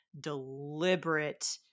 deliberate